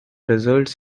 results